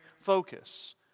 focus